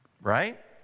Right